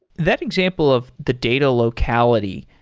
that example of the data locality.